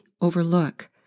overlook